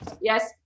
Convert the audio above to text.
yes